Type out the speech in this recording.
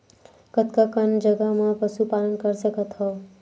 कतका कन जगह म पशु पालन कर सकत हव?